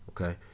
Okay